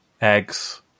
eggs